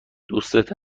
دوستت